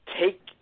take